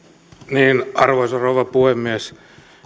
arvoisa rouva puhemies